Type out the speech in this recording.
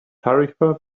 tarifa